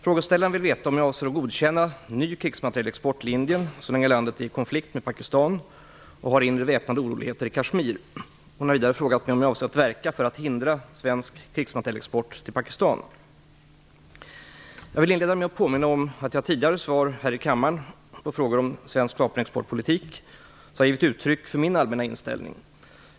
Frågeställaren vill veta om jag avser godkänna ny krigsmaterielexport till Indien så länge landet är i konflikt med Pakistan och har inre väpnade oroligheter i Kashmir. Hon har vidare frågat mig om jag avser att verka för att hindra svensk krigsmaterielexport till Jag vill inleda med att påminna om att jag i tidigare svar här i kammaren på frågor om svensk vapenexortpolitik har givit uttryck för min allmänna inställning.